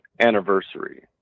anniversary